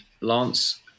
Lance